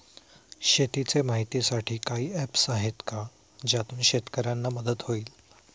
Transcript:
शेतीचे माहितीसाठी काही ऍप्स आहेत का ज्यातून शेतकऱ्यांना मदत होईल?